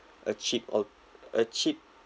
a cheap al~ a cheap